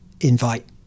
invite